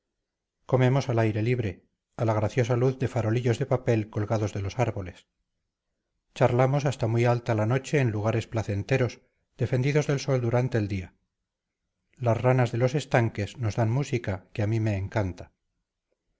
comemos al aire libre a la graciosa luz de farolillos de papel colgados de los árboles charlamos hasta muy alta la noche en lugares placenteros defendidos del sol durante el día las ranas de los estanques nos dan música que a mí me encanta